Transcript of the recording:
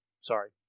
Sorry